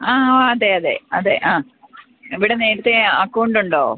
ആ അതെ അതെ അതെ ആ ഇവിടെ നേരത്തെ അക്കൗണ്ടുണ്ടോ